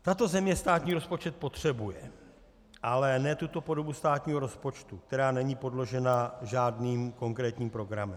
Tato země státní rozpočet potřebuje, ale ne tuto podobu státního rozpočtu, která není podložena žádným konkrétním programem.